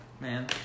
Man